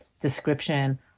description